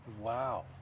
Wow